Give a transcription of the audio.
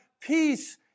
peace